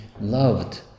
loved